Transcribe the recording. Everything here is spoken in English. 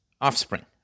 offspring